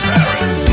Paris